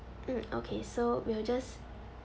mm okay so we'll just